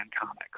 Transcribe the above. comics